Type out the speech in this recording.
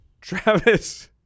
Travis